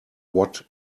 what